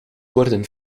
worden